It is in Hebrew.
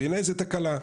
בעיניי זה תקלה,